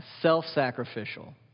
self-sacrificial